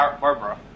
Barbara